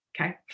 Okay